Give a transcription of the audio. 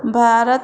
Bharat